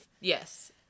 Yes